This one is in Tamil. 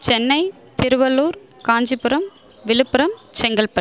சென்னை திருவள்ளூர் காஞ்சிபுரம் விழுப்புரம் செங்கல்பட்டு